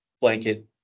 blanket